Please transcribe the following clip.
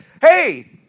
hey